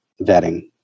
vetting